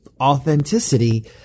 authenticity